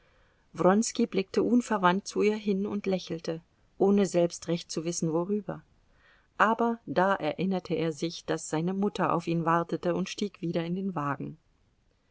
wronski blickte unverwandt zu ihr hin und lächelte ohne selbst recht zu wissen worüber aber da erinnerte er sich daß seine mutter auf ihn wartete und stieg wieder in den wagen